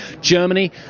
Germany